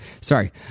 Sorry